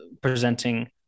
presenting